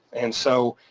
and so,